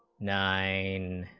nine